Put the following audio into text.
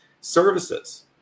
services